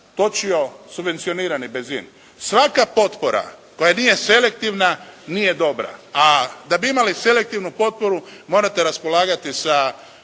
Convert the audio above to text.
točio subvencionirani benzin. Svaka potpora koja nije selektivna nije dobra. A da bi imali selektivnu potporu morate raspolagati sa